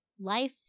Life